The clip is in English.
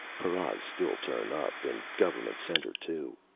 paras still turn up, in government center, too!